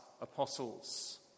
apostles